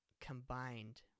combined